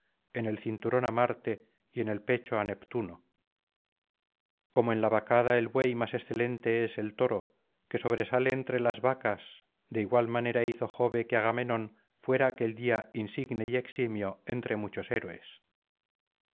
en el cinturón á marte y en el pecho á neptuno como en la vacada el buey más excelente es el toro que sobresale entre las vacas de igual manera hizo jove que agamenón fuera aquel día insigne y eximio entre muchos héroes